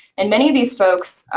and many of these folks